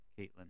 caitlin